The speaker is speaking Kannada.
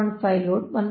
5 ಲೋಡ್ 1